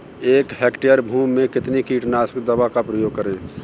एक हेक्टेयर भूमि में कितनी कीटनाशक दवा का प्रयोग करें?